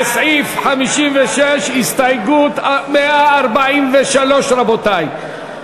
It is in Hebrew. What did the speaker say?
להסתייגות 143 סעיף 56: